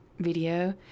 video